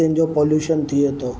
तंहिंजो पॉल्यूशन थिए थो